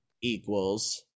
equals